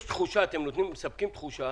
אתם מספקים תחושה